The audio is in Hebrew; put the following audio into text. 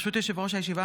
ברשות יושב-ראש הישיבה,